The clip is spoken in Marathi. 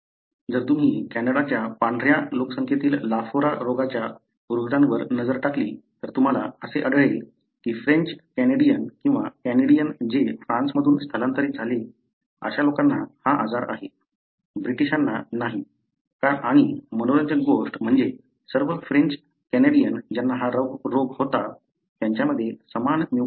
जर तुम्ही कॅनडाच्या पांढऱ्या लोकसंख्येतील लाफोरा रोगाच्या रूग्णांवर नजर टाकली तर तुम्हाला असे आढळेल की फ्रेंच कॅनेडियन किंवा कॅनेडियन जे फ्रान्समधून स्थलांतरित झाले अशा लोकांना हा आजार आहे ब्रिटिशांना नाही आणि मनोरंजक गोष्ट म्हणजे सर्व फ्रेंच कॅनेडियन ज्यांना हा रोग होतो त्यांच्यामध्ये समान म्युटेशन्स होते